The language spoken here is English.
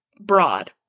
broad